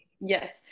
Yes